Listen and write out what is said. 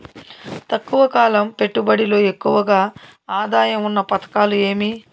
తక్కువ కాలం పెట్టుబడిలో ఎక్కువగా ఆదాయం ఉన్న పథకాలు ఏమి?